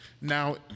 Now